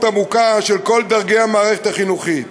עמוקה של כל דרגי המערכת החינוכית.